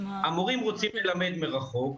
המורים רוצים ללמד מרחוק,